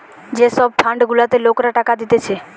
যে সব ফান্ড গুলাতে লোকরা টাকা দিতেছে